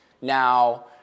Now